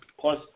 Plus